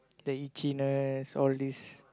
the itchiness all these